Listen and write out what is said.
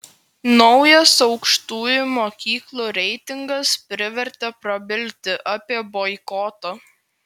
naujas aukštųjų mokyklų reitingas privertė prabilti apie boikotą